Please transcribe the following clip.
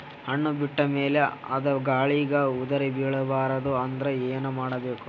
ಹಣ್ಣು ಬಿಟ್ಟ ಮೇಲೆ ಅದ ಗಾಳಿಗ ಉದರಿಬೀಳಬಾರದು ಅಂದ್ರ ಏನ ಮಾಡಬೇಕು?